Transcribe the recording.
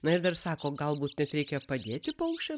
na ir dar sako galbūt net reikia padėti paukščiam